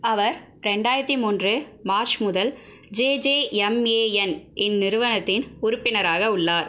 அவர் இரண்டாயிரத்தி மூன்று மார்ச் முதல் ஜேஜேஎம்ஏஎன் இன் நிறுவனத்தில் உறுப்பினராக உள்ளார்